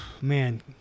man